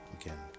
Again